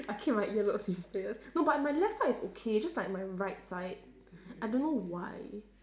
I keep my earlobes in prayers no but my left side is okay just like my right side I don't know why